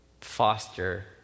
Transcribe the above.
foster